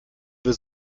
wir